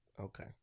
Okay